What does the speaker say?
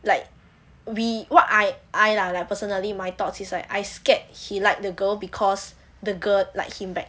like we what I I lah like personally my thoughts is like I scared he like the girl because the girl like him back